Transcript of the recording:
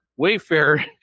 wayfair